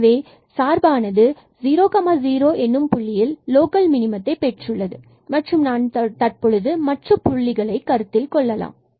எனவே சார்பானது லோக்கல் மினிமத்தை 00 எனும் புள்ளியில் கொண்டுள்ளது மற்றும் நாம் தற்பொழுது மற்ற புள்ளிகளை கருத்தில் கொள்ளலாம்